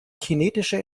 kinetische